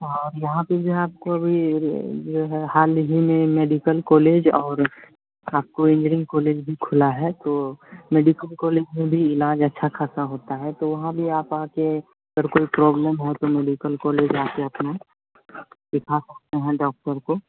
हाँ यहाँ पर जो है आपको अभी जो है हाल ही में मेडिकल कोलेज और आपको इंजीरिंग कोलेज भी खुला है तो मेडिकल कोलेज में भी इलाज अच्छा खासा होता है तो वहाँ भी आप आकर अगर कोई प्रॉब्लम है तो मेडिकल कोलेज आकर अपना दिखा सकते हैं डॉक्टर को